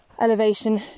Elevation